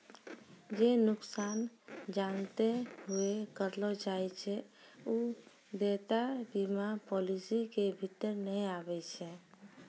जे नुकसान जानते हुये करलो जाय छै उ देयता बीमा पालिसी के भीतर नै आबै छै